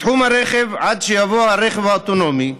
בתחום הרכב, עד שיבוא הרכב האוטונומי,